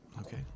Okay